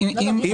אם אי